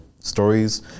stories